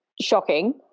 shocking